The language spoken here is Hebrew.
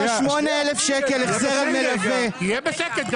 8,000 שקל החזר על מלווה --- תהיה בשקט,